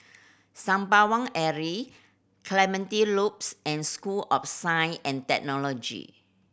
Sembawang Alley Clementi Loops and School of Science and Technology